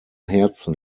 herzen